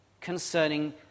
concerning